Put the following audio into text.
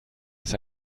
aus